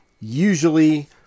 usually